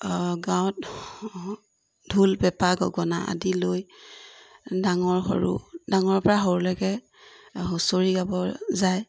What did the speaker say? গাঁৱত ঢোল পেঁপা গগনা আদি লৈ ডাঙৰ সৰু ডাঙৰ পৰা সৰুলৈকে হুঁচৰি গাব যায়